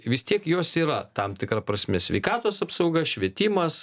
vis tiek jos yra tam tikra prasme sveikatos apsauga švietimas